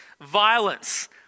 Violence